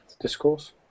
discourse